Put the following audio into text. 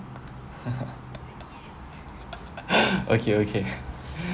okay okay